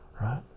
right